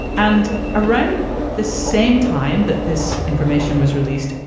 and around the same time that this information was released,